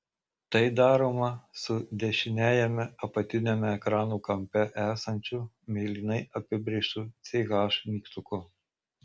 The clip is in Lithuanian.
tai daroma su dešiniajame apatiniame ekrano kampe esančiu mėlynai apibrėžtu ch mygtuku